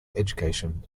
education